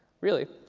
really,